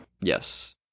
yes